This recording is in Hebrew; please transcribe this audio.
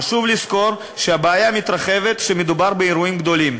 חשוב לזכור שהבעיה מתרחבת כשמדובר באירועים גדולים.